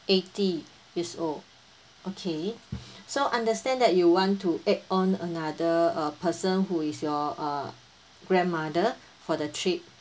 eighty years old okay so understand that you want to add on another uh person who is your uh grandmother for the trip